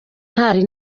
ntari